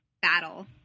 battle